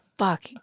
Fuck